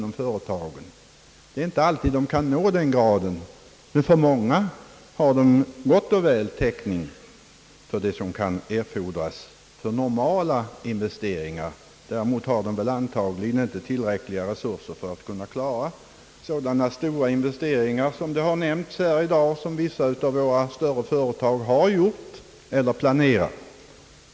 Det är ju inte alltid de kan nå den graden, men många har gott och väl täckning för det som kan erfordras för normala investeringar. Däremot har de vanligtvis inte tillräckliga resurser för att klara sådana stora investeringar som nämnts här i dag och som vissa större företag har gjort eller planerar att göra.